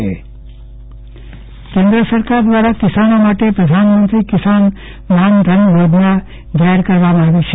ચંદ્રવદન પટ્ટણી કિસાન માન ધન યોજના કેન્દ્ર સરકાર દ્વારા કિસાનો માટે પ્રધાનમંત્રી કિસાન માનધન યોજના શરૂ કરવામાં આવી છે